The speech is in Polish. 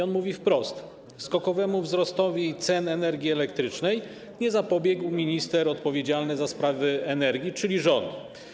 On mówi wprost: skokowemu wzrostowi cen energii elektrycznej nie zapobiegł minister odpowiedzialny za sprawy energii, czyli rząd.